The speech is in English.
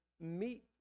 meet